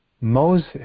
Moses